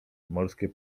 morskie